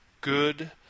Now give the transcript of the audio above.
good